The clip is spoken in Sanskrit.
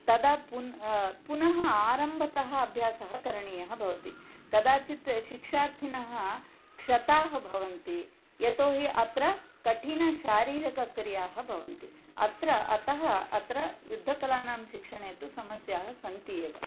तदा पुन् पुनः आरम्भतः अभ्यासः करणीयः भवति कदाचित् शिक्षार्थिनः क्षताः भवन्ति यतोहि अत्र कठिनशारीरिकक्रियाः भवन्ति अत्र अतः अत्र युद्धकलानां शिक्षणे तु समस्याः सन्ति एव